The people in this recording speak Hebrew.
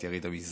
את יריד המזרח,